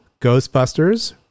ghostbusters